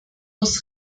muss